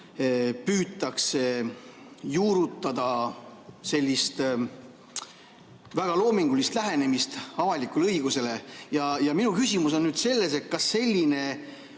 püütakse juurutada sellist väga loomingulist lähenemist avalikule õigusele. Minu küsimus on nüüd selles, et kas